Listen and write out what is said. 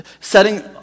setting